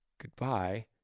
goodbye